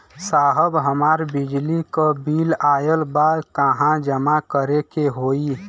साहब हमार बिजली क बिल ऑयल बा कहाँ जमा करेके होइ?